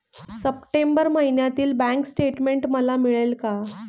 September महिन्यातील bank statement मला मिळेल का?